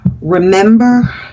Remember